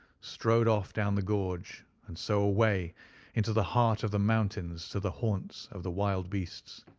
strode off down the gorge and so away into the heart of the mountains to the haunts of the wild beasts.